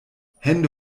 hände